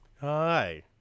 Hi